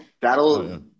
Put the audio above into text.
that'll